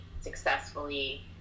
successfully